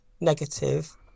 negative